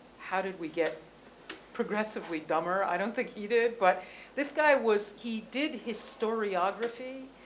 how did we get progressively dumber. i don't think he did, but this guy was, he did his storyography,